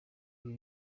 ibi